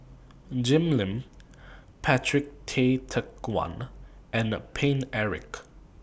Jim Lim Patrick Tay Teck Guan and The Paine Eric